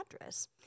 address